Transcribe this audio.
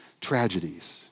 tragedies